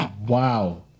Wow